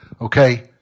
Okay